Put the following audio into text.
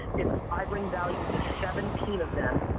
if i bring value to seventeen of them,